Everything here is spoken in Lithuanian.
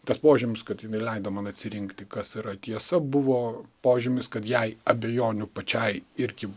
tas požymis kad jinai leido man atsirinkti kas yra tiesa buvo požymis kad jai abejonių pačiai irgi